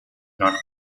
not